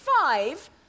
Five